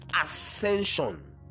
ascension